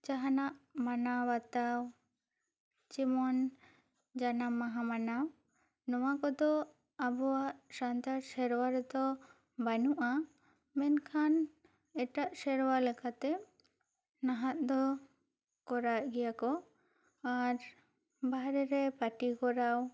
ᱡᱟᱦᱟᱱᱟᱜ ᱢᱟᱱᱟᱣ ᱵᱟᱛᱟᱣ ᱡᱮᱢᱚᱱ ᱡᱟᱱᱟᱢ ᱢᱟᱦᱟᱸ ᱢᱟᱱᱟᱣ ᱱᱚᱣᱟ ᱠᱚᱫᱚ ᱟᱵᱚᱣᱟᱜ ᱥᱟᱱᱛᱟᱲ ᱥᱮᱨᱣᱟ ᱨᱮᱫᱚ ᱵᱟᱹᱱᱩᱜᱼᱟ ᱢᱮᱱᱠᱷᱟᱱ ᱮᱴᱟᱜ ᱥᱮᱨᱣᱟ ᱞᱮᱠᱟᱛᱮ ᱱᱟᱦᱟᱜ ᱫᱚ ᱠᱚᱨᱟᱣᱮᱫ ᱜᱮᱭᱟ ᱠᱚ ᱟᱨ ᱵᱟᱦᱨᱮ ᱨᱮ ᱯᱟᱴᱤ ᱠᱚᱨᱟᱣ